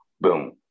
Boom